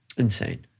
insane.